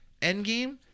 Endgame